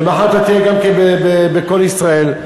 ומחר אתה תראה גם ב"קול ישראל",